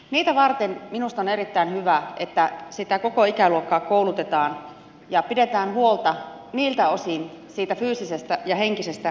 niitä varten minusta on erittäin hyvä että sitä koko ikäluokkaa koulutetaan ja pidetään huolta niiltä osin siitä fyysisestä ja henkisestä kunnosta